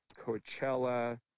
Coachella